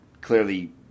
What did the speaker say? clearly